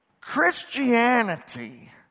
Christianity